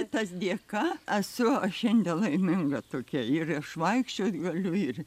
tas dėka esu aš šiandien laiminga tokia ir aš vaikščiot galiu ir